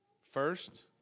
first